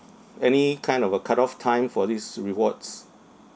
any kind of a cut off time for these rewards